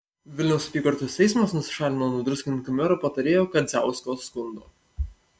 vilniaus apygardos teismas nusišalino nuo druskininkų mero patarėjo kadziausko skundo